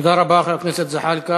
תודה רבה, חבר הכנסת זחאלקה.